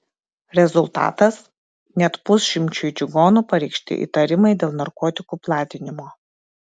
rezultatas net pusšimčiui čigonų pareikšti įtarimai dėl narkotikų platinimo